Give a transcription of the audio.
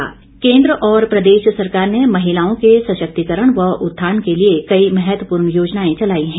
गोबिंद केन्द्र और प्रदेश सरकार ने महिलाओं के सशक्तिकरण व उत्थान के लिए कई महत्वपूर्ण योजनाएं चलाई हैं